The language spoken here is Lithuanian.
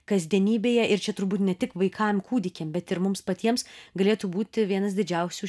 kasdienybėje ir čia turbūt ne tik vaikam kūdikiam bet ir mums patiems galėtų būti vienas didžiausių